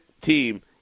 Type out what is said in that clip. team